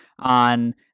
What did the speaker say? on